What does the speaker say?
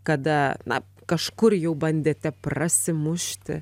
kada na kažkur jau bandėte prasimušti